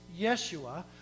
yeshua